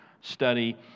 study